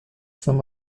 saint